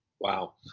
Wow